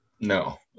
no